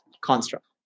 construct